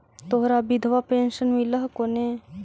तोहरा विधवा पेन्शन मिलहको ने?